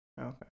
Okay